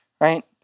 right